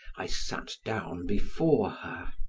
i sat down before her.